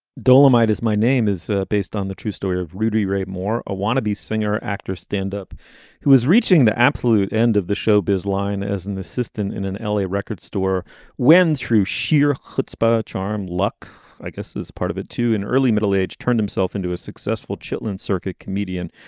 dolomite is my name is ah based on the true story of rudy ray moore a wannabe singer actor stand up who is reaching the absolute end of the showbiz line as an assistant in an l a. record store wind through sheer hotspur charm luck i guess is part of it to an early middle age turned himself into a successful chitlin circuit comedian.